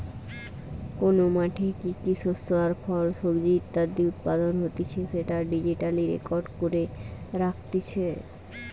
কোন মাঠে কি কি শস্য আর ফল, সবজি ইত্যাদি উৎপাদন হতিছে সেটা ডিজিটালি রেকর্ড করে রাখতিছে